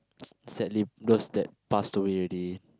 sadly those that passed away already